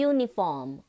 Uniform